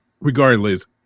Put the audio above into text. regardless